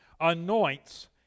anoints